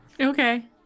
Okay